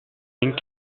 ding